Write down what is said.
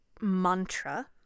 mantra